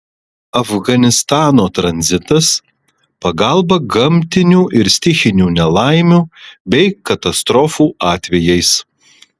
afganistano tranzitas pagalba gamtinių ir stichinių nelaimių bei katastrofų atvejais